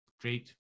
great